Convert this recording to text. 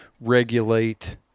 regulate